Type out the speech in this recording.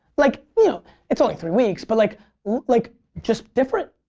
like you know it's only three weeks but like like just different.